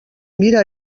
mira